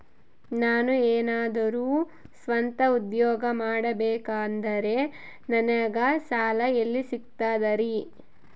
ನಾನು ಏನಾದರೂ ಸ್ವಂತ ಉದ್ಯೋಗ ಮಾಡಬೇಕಂದರೆ ನನಗ ಸಾಲ ಎಲ್ಲಿ ಸಿಗ್ತದರಿ?